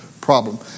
problem